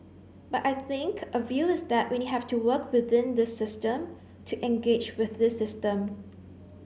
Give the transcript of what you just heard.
but I think a view is that we have to work within this system to engage with this system